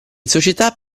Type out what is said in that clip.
società